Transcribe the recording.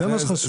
זה מה שחשוב.